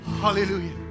hallelujah